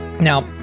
Now